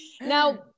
Now